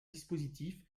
dispositif